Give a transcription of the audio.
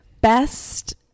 best